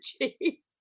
energy